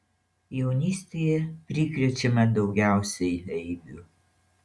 jaunystėje prikrečiama daugiausiai eibių